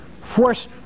force